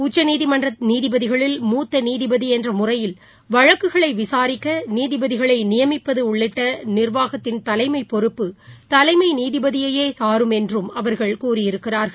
உச்சநீதிமன்றநீதிபதிகளில் மூத்தநீதிபதிஎன்றமுறையில் வழக்குகளைவிசாரிக்கநீதிபதிகளைநியமிப்பதுஉள்ளிட்டநிா்வாகத்தின் தலைமைபொறுப்பு தலைமைநீதிபதியேசாரும் என்றுஅவர்கள் கூறியிருக்கிறார்கள்